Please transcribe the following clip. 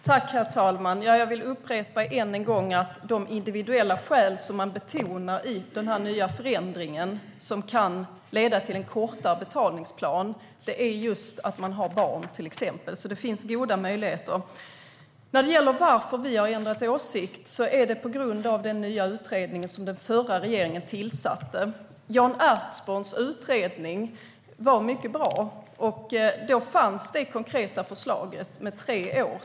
Herr talman! Låt mig upprepa att de individuella skäl man betonar i den nya förändringen som kan leda till en kortare betalningsplan är till exempel just barn. Det finns alltså goda möjligheter. Vi har ändrat åsikt på grund av den nya utredning som den förra regeringen tillsatte. Jan Ertsborns utredning var mycket bra, och då fanns det konkreta förslaget med tre år.